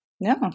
No